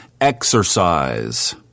Exercise